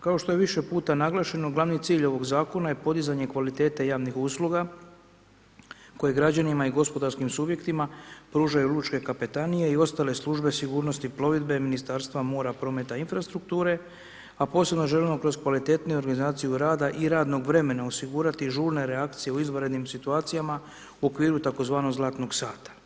Kao što je više puta naglašeno glavni cilj ovoga zakona je podizanje kvalitete javnih usluga koje građanima i gospodarskim subjektima pružaju lučke kapetanije i ostale službe sigurnosti plovidbe Ministarstva mora, prometa i infrastrukture, a posebno želimo kroz kvalitetniju organizaciju rada i radnog vremena osigurati i žurne reakcije u izvanrednim situacija u okviru tzv. „zlatnog sata“